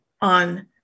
on